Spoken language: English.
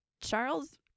Charles